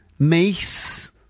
Mace